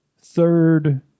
third